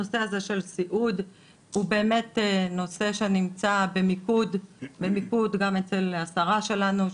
הנושא הזה של סיעוד הוא באמת נושא שנמצא במיקוד גם אצל השרה שלנו,